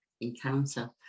encounter